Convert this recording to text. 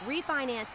refinance